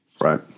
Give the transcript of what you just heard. Right